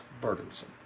burdensome